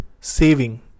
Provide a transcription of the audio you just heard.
saving